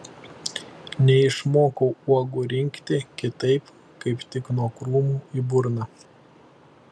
neišmokau uogų rinkti kitaip kaip tik nuo krūmų į burną